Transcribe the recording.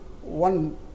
one